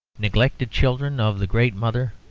neglected children of the great mother,